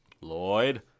Lloyd